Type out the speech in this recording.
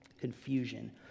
confusion